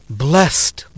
blessed